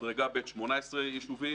מדרגה ב' 18 יישובים.